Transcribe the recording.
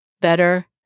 better